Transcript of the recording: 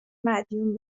مدیون